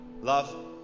Love